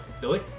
Billy